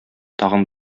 тагын